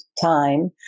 time